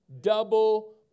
double